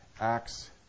acts